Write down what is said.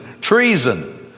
Treason